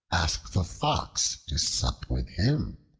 asked the fox to sup with him,